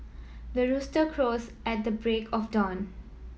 the rooster crows at the break of dawn